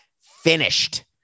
finished